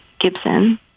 Gibson